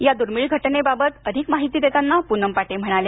या दुर्मिळ घटनेबाबत अधिक माहिती देताना पूनम पाटे म्हणाल्या